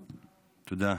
תודה.